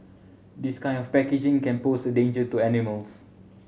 this kind of packaging can pose a danger to animals